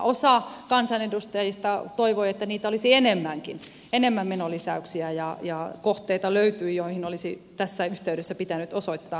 osa kansanedustajista toivoi että menolisäyksiä olisi enemmänkin ja kohteita löytyy joihin olisi tässä yhteydessä pitänyt osoittaa lisämäärärahaa